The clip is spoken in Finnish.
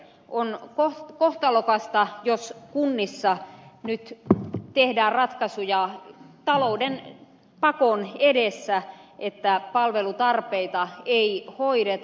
on kohtalokasta jos kunnissa nyt tehdään ratkaisuja talouden pakon edessä että palvelutarpeita ei hoideta